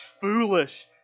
foolish